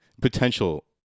Potential